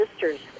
sisters